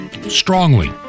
Strongly